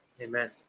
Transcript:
Amen